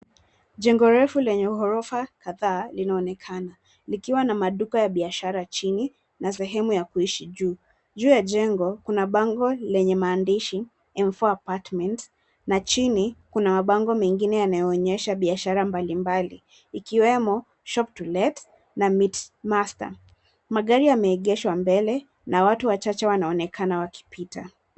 Jengo refu lenye ghorofa kadhaa linaonekana likiwa na maduka ya biashara chini na sehemu ya kuishi juu. Juu ya jengo kuna bango lenye maandishi M4 Apartments na chini kuna mabango mengine yanayoonyesha biashara mbalimbali ikiwemo shop to let na meat master . Magari yameegeshwa mbele na watu wachache wanaonekana wakipita.